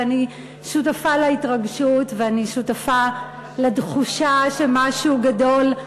ואני שותפה להתרגשות ואני שותפה לתחושה של משהו גדול.